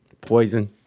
Poison